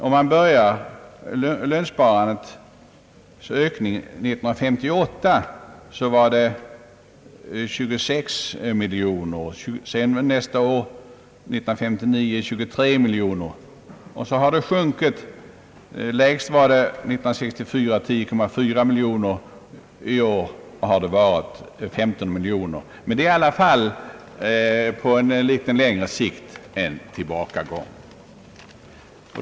År 1958 var ökningen 26 miljoner, 1959 var den 23 miljoner, och sedan har siffrorna fortsatt att sjunka. Lägst var det 1964 med 10,4 miljoner. År 1967 var det 15 miljoner. På litet längre sikt måste man i alla fall konstatera en tillbakagång.